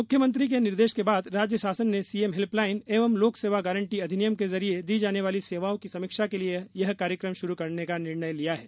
मुख्यमंत्री के निर्देश के बाद राज्य शासन ने सीएम हेल्पलाइन एवं लोकसेवा गारंटी अधिनियम के जरिए दी जाने वाली सेवाओं की समीक्षा के लिए यह कार्यक्रम शुरू करने का निर्णय लिया है